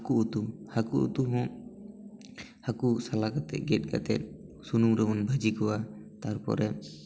ᱦᱟᱹᱠᱩ ᱩᱛᱩ ᱦᱟᱹᱠᱩ ᱩᱛᱩ ᱦᱚᱸ ᱦᱟᱹᱠᱩ ᱥᱟᱞᱟ ᱠᱟᱛᱮ ᱜᱮᱫ ᱠᱟᱛᱮ ᱥᱩᱱᱩᱢ ᱨᱮᱵᱚ ᱵᱷᱟᱹᱡᱤ ᱠᱚᱣᱟ ᱛᱟᱯᱚᱨᱮ